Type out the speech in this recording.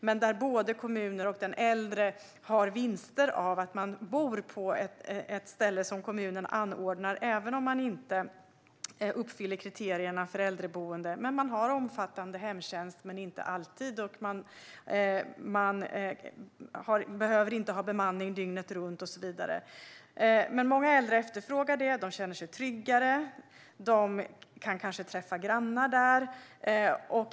Här skulle både kommunen och den äldre vinna på att den äldre bor på ett ställe som kommunen anordnar, även om personen inte uppfyller kriterierna för äldreboende. Den äldre skulle ha omfattande hemtjänst men skulle inte ha det hela tiden. Man skulle inte behöva ha bemanning dygnet runt. Många äldre efterfrågar detta. De känner sig tryggare och kan kanske träffa grannar där.